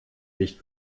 nicht